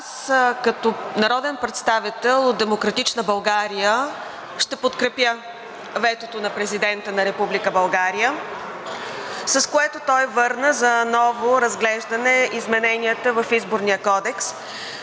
Като народен представител от „Демократична България“ аз ще подкрепя ветото на Президента на Република България, с което той върна за ново разглеждане измененията в Изборния кодекс,